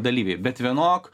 dalyviai bet vienok